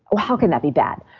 but how can that be bad?